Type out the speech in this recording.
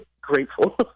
grateful